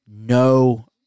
no